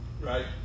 right